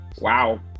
wow